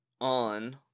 on